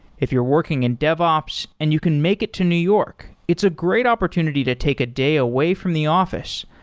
if you're working in dev ops and you can make it to new york, it's a great opportunity to take a day away from the office.